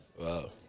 Wow